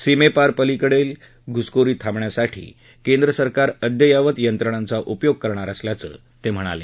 सीमेपारपलीकडील घुसखोरी थांबवण्यासाठी केंद्रसरकार अद्ययावत यंत्रणाचा उपयोग करणार असल्याचं ते म्हणाले